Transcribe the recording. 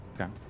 okay